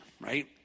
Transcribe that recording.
Right